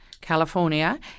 California